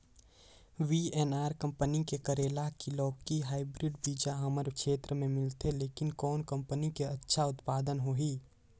VNR company के करेला की लौकी हाईब्रिड बीजा हमर क्षेत्र मे मिलथे, लेकिन कौन कंपनी के अच्छा उत्पादन होही?